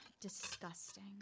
Disgusting